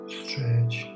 stretch